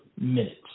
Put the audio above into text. minutes